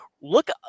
Look